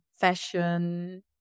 fashion